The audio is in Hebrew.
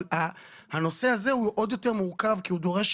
אבל הנושא הזה הוא עוד יותר מורכב כי הוא דורש